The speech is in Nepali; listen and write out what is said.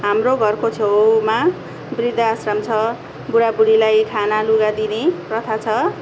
हाम्रो घरको छेउमा बृद्धा आश्रम छ बुढा बुढीलाई खाना लुगा दिने प्रथा छ